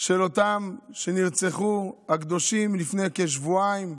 של אותם שנרצחו, הקדושים, לפני כשבועיים,